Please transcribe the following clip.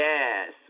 Yes